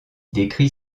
décrit